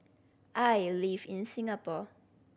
I live in Singapore